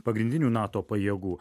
pagrindinių nato pajėgų